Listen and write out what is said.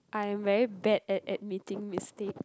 I am very bad at admitting mistakes